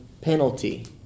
penalty